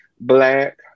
black